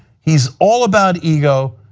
he is all about ego,